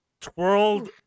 twirled